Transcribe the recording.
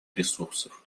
ресурсов